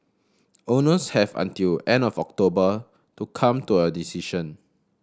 owners have until the end of October to come to a decision